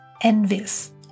envious